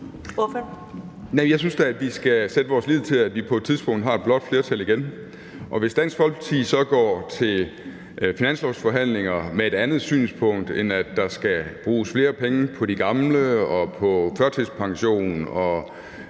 jeg synes da, vi skal sætte vores lid til, at vi på et tidspunkt har et blåt flertal igen, og hvis Dansk Folkeparti så går til finanslovsforhandlinger med et andet synspunkt, end at der skal bruges flere penge på de gamle, på førtidspension og